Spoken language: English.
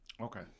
Okay